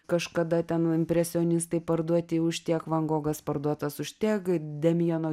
kažkada ten impresionistai parduoti už tiek van gogas parduotas už tiek demiano